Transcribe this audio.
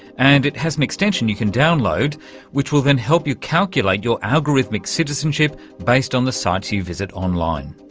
and it has an extension you can download which will then help you calculate your algorithmic citizenship based on the sites you visit online.